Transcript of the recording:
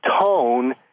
tone